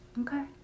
Okay